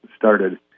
started